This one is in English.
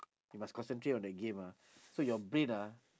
you must concentrate on the game ah so your brain ah